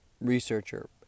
researcher